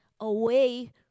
away